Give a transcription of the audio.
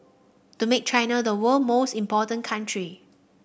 to make China the world most important country